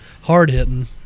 hard-hitting